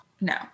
no